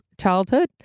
childhood